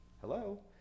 Hello